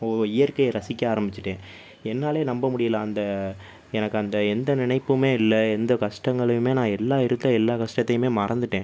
ஓ இப்போது இயற்கையை ரசிக்க ஆரம்பிச்சுட்டேன் என்னாலேயே நம்ம முடியல அந்த எனக்கு அந்த எந்த நினைப்புமே இல்லை எந்த கஷ்டங்களையுமே நான் எல்லா இருக்கற எல்லா கஷ்டத்தையுமே மறந்துட்டேன்